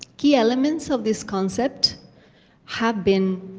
key elements of this concept have been